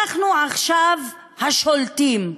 אנחנו עכשיו השולטים,